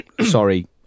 sorry